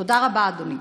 תודה רבה, אדוני.